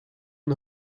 van